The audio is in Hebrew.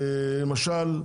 למשל,